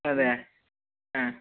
അതേ ആ